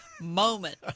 moment